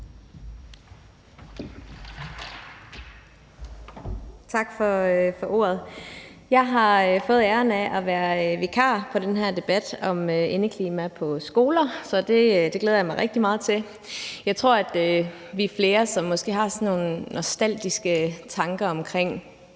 Tak for ordet. Jeg har fået æren af at være vikar i den her debat om indeklimaet på skolerne, så det glæder jeg mig rigtig meget til. Jeg tror måske, at vi er flere, som har sådan nogle nostalgiske tanker omkring